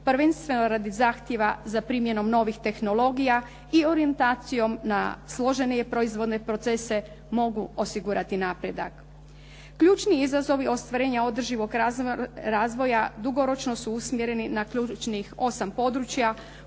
prvenstveno radi zahtjeva za primjenom novih tehnologija i orijentacijom na složenije proizvodne procese mogu osigurati napredak. Ključni izazovi ostvarenja održivog razvoja dugoročno su usmjereni na ključnih osam područja